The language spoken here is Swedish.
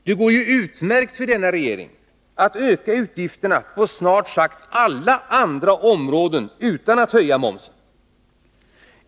Det går ju utmärkt för denna regering att öka utgifterna på snart sagt alla andra områden utan att höja momsen.